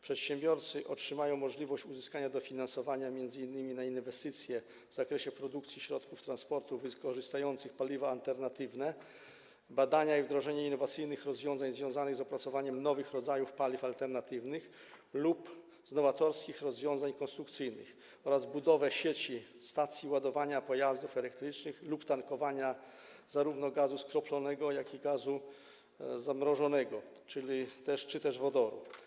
Przedsiębiorcy uzyskają możliwość dofinansowania m.in. inwestycji w zakresie produkcji środków transportu wykorzystujących paliwa alternatywne, badań i wdrożeń innowacyjnych rozwiązań związanych z opracowaniem nowych rodzajów paliw alternatywnych lub nowatorskich rozwiązań konstrukcyjnych oraz budowy sieci stacji ładowania pojazdów elektrycznych lub tankowania zarówno gazu skroplonego, jak i gazu zamrożonego czy też wodoru.